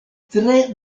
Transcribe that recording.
tre